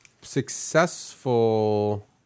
successful